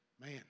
Man